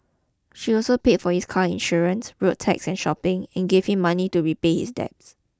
she also paid for his car insurance road tax and shopping and gave him money to repay his debts